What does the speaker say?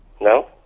No